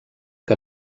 que